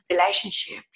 relationship